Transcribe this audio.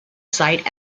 site